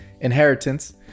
inheritance